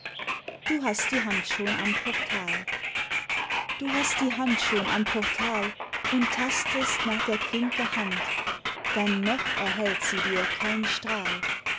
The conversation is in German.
du hast die hand schon am portal du hast die hand schon am portal und tastest nach der klinke hand denn noch erhellt sie dir kein strahl